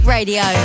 Radio